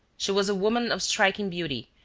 she was a woman of striking beauty,